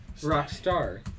Rockstar